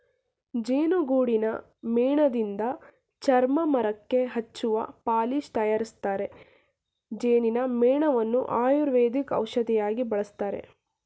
ಜೇನುಗೂಡಿನ ಮೇಣದಿಂದ ಚರ್ಮ, ಮರಕ್ಕೆ ಹಚ್ಚುವ ಪಾಲಿಶ್ ತರಯಾರಿಸ್ತರೆ, ಜೇನಿನ ಮೇಣವನ್ನು ಆಯುರ್ವೇದಿಕ್ ಔಷಧಿಯಾಗಿ ಬಳಸ್ತರೆ